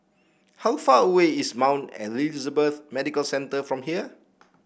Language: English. how far away is Mount Elizabeth Medical Centre from here